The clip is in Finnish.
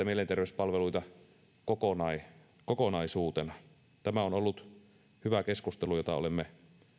mielenterveyspalveluita kokonaisuutena tämä on ollut hyvä keskustelu jota olemme